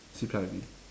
C_P_I_B